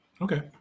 okay